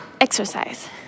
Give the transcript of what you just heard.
exercise